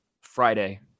Friday